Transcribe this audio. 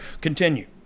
Continue